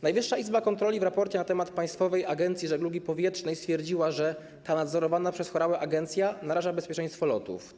Najwyższa Izba Kontroli w raporcie na temat Państwowej Agencji Żeglugi Powietrznej stwierdziła, że ta nadzorowana przez Horałę agencja naraża bezpieczeństwo lotów.